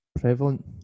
prevalent